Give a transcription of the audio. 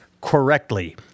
correctly